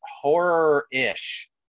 horror-ish